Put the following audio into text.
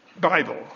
Bible